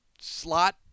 slot